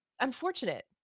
unfortunate